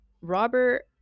Robert